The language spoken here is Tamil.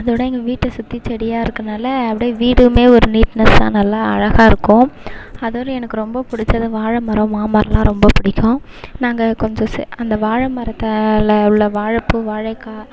அதோட எங்கள் வீட்டை சுற்றி செடியாக இருக்கனால் அப்படியே வீடுமே ஒரு நீட்நசாக நல்லா அழகாக இருக்கும் அதோட எனக்கு ரொம்ப பிடிச்சது வாழை மரம் மாம் மரமெலாம் ரொம்ப பிடிக்கும் நாங்கள் கொஞ்சம் சே அந்த வாழை மரத்தில் உள்ள வாழைப்பூ வாழை காய்